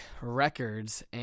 Records